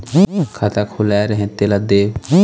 खाता खुलवाय रहे तेला देव?